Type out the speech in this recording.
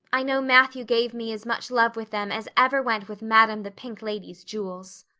i know matthew gave me as much love with them as ever went with madame the pink lady's jewels.